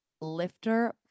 lifter